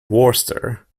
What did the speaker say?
worcester